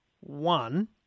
One